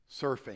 surfing